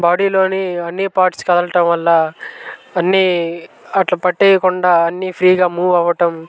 బాడీలోని అన్ని పార్ట్స్ కదలటం వల్ల అన్ని అట్లా పట్టేయకుండా అన్ని ఫ్రీగా మూవ్ అవడం